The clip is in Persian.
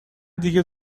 دیگه